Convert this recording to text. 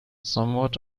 somewhat